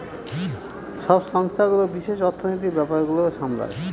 সব সংস্থাগুলো বিশেষ অর্থনীতির ব্যাপার গুলো সামলায়